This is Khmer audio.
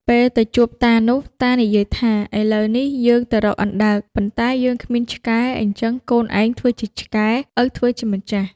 ពេលទៅជួបតានោះ តានិយាយថា "ឥឡូវនេះយើងទៅរកអណ្ដើក ប៉ុន្តែយើងគ្មានឆ្កែ អ៊ីចឹងកូនឯងធ្វើជាឆ្កែឪធ្វើជាម្ចាស់"។